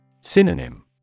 Synonym